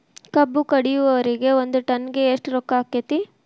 ಕಬ್ಬು ಕಡಿಯುವರಿಗೆ ಒಂದ್ ಟನ್ ಗೆ ಎಷ್ಟ್ ರೊಕ್ಕ ಆಕ್ಕೆತಿ?